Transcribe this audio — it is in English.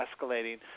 escalating